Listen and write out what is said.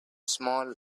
small